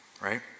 right